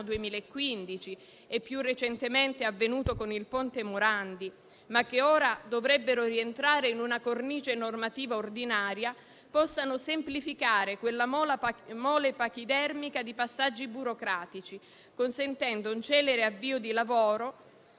2015 e, più recentemente, è avvenuto con il ponte Morandi, ma che ora dovrebbero rientrare in una cornice normativa ordinaria, possano semplificare quella mole pachidermica di passaggi burocratici, consentendo un celere avvio dei lavori